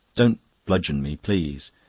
don't bludgeon me, please.